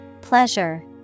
Pleasure